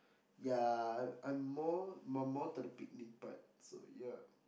ya I'm more more more to the picnic part so ya